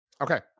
Okay